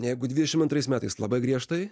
jeigu dvidešim antrais metais labai griežtai